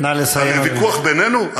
על הוויכוח בינינו?